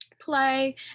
play